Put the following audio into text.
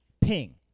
Ping